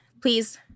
please